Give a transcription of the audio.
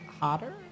hotter